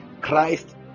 Christ